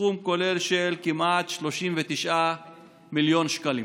בסכום כולל של כמעט 39 מיליון שקלים.